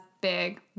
big